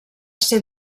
ser